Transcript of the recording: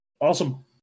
Awesome